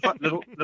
little